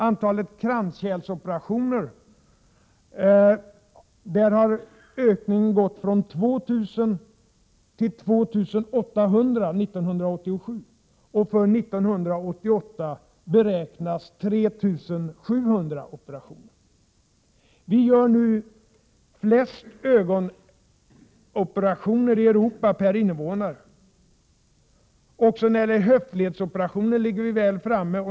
Antalet kranskärlsoperationer har ökat från 2 000 till 2 800 år 1987. För 1988 beräknas 3 700 operationer. Vi gör nu flest ögonoperationer i Europa per invånare. Också när det gäller höftledsoperationer ligger vi väl framme.